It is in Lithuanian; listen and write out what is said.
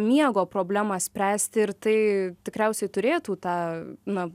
miego problemą spręsti ir tai tikriausiai turėtų tą na